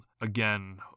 again